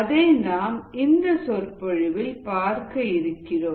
அதை நாம் இந்த சொற்பொழிவில் பார்க்க இருக்கிறோம்